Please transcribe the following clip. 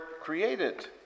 created